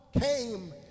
came